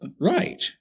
Right